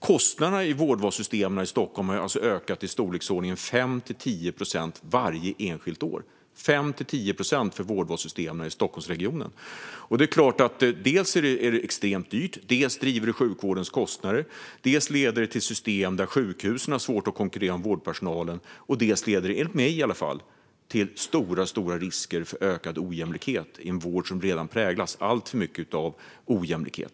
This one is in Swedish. Kostnaderna i vårdvalssystemen har ökat i storleksordningen 5-10 procent varje enskilt år i Stockholmsregionen. Det är extremt dyrt, det driver sjukvårdens kostnader, det leder till system där sjukhusen har svårt att konkurrera om vårdpersonalen och det leder, enligt mig i alla fall, till stora risker för ökad ojämlikhet i en vård som redan präglas av alltför mycket av ojämlikhet.